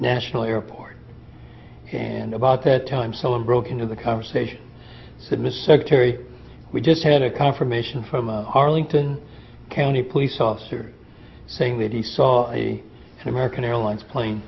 national airport and about that time so i'm broke into the conversation said miss secretary we just had a confirmation from a arlington county police officer saying that he saw the american airlines plane